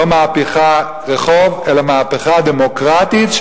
לא מהפכת רחוב אלא מהפכה דמוקרטית,